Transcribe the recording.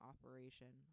Operation